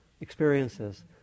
experiences